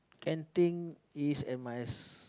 canteen is at my s~